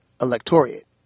electorate